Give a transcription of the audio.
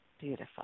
Beautiful